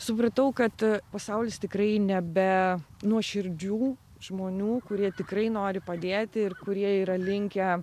supratau kad pasaulis tikrai ne be nuoširdžių žmonių kurie tikrai nori padėti ir kurie yra linkę